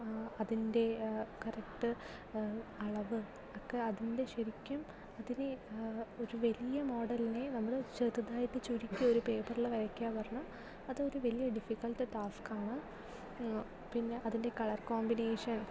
അതിൻ്റെ കറക്ട് അളവ് ഒക്കെ അതിൻ്റെ ശരിക്കും അതിനെ ഒരു വലിയ മോഡലിനെ ചെറുതായിട്ട് ചുരുക്കി ഒരു പേപ്പറില് വരയ്ക്കുക പറഞ്ഞാൽ അതൊരു വലിയ ഡിഫികൾട്ട് ടാസ്ക് ആണ് പിന്നെ അതിൻ്റെ കളർ കോമ്പിനേഷൻ